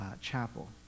chapel